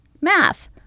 math